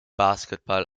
basketball